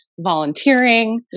volunteering